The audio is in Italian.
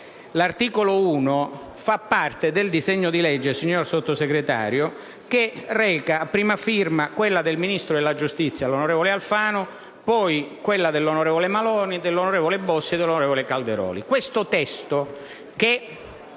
l'articolo 1 fa parte del disegno di legge, signor Sottosegretario, che reca come prima firma quella del Ministro della giustizia, l'onorevole Alfano, poi quelle dell'onorevole Maroni, dell'onorevole Bossi, dell'onorevole Calderoli